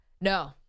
No